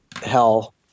hell